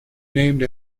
named